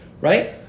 right